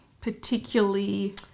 particularly